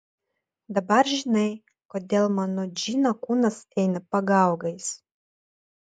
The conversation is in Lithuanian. dabar žinai kodėl man nuo džino kūnas eina pagaugais